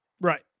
Right